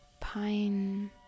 pine